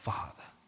Father